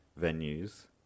venues